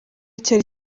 cyari